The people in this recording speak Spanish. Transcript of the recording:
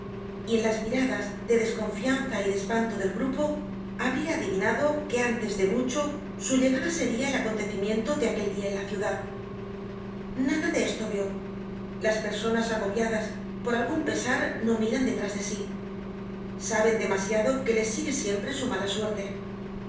y en las miradas de desconfianza y de espanto del grupo habria adivi nado que antes de mucho su llegada seria el acontecimiento de aquel dia en la ciudad content from google book search generated at nada de esto vió las personas agoviadas por algun pesar no miran detrás de sí saben demasiado que les sigue siempre su mala suerte